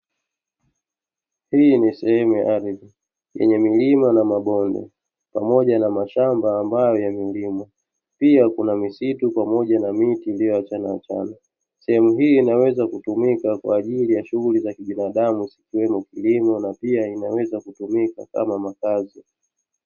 Hii ni sehemu ya ardhi yenye milima na mabonde, pamoja na mashamba ambayo yamelimwa, pia kuna misitu pamoja na miti iliyoachanaachana. Sehemu hii inaweza kutumika kwaajili ya shughuli za kibinadamu zikiwemo kilimo na pia inaweza kutumika kama makazi.